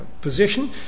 position